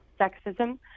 sexism